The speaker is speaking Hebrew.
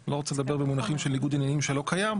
אני לא רוצה לדבר במונחים של ניגוד עניינים שלא קיים,